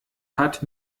hat